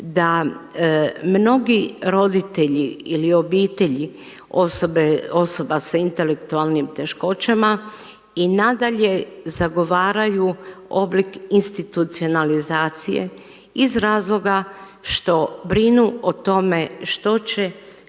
da mnogi roditelji ili obitelji osoba sa intelektualnim teškoćama i nadalje zagovaraju oblik institucionalizacije iz razloga što brinu o tome što će